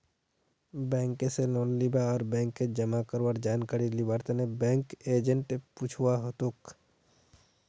bank स loan लीबा आर बैंकत जमा करवार जानकारी लिबार तने बैंक एजेंटक पूछुवा हतोक